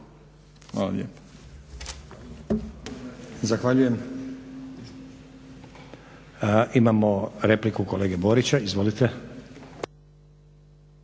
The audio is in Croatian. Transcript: Hvala lijepo.